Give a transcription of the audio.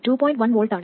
1 V ആണ്